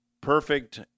perfect